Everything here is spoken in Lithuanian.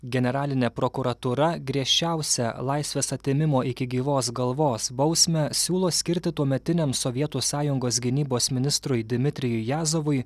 generalinė prokuratūra griežčiausią laisvės atėmimo iki gyvos galvos bausmę siūlo skirti tuometiniam sovietų sąjungos gynybos ministrui dmitrijui jazovui